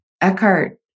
Eckhart